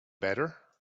better